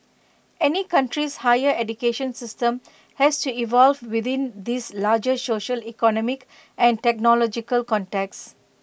any country's higher education system has to evolve within these larger social economic and technological contexts